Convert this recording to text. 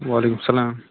وعلیکُم سَلام